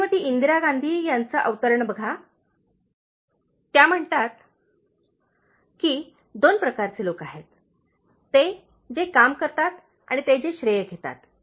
श्रीमती इंदिरा गांधी यांचे प्रसिद्ध अवतरण बघा तर त्या म्हणतात की दोन प्रकारचे लोक आहेत ते जे काम करतात आणि ते जे श्रेय घेतात